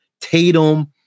Tatum